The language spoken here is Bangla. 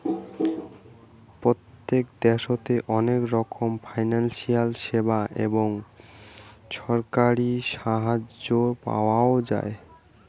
প্রত্যেকটা দ্যাশোতে অনেক রকমের ফিনান্সিয়াল সেবা এবং ছরকারি সাহায্য পাওয়াঙ যাই